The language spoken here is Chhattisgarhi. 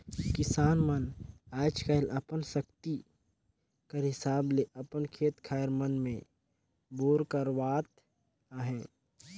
किसान मन आएज काएल अपन सकती कर हिसाब ले अपन खेत खाएर मन मे बोर करवात अहे